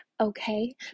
okay